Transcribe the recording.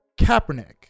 Kaepernick